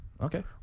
Okay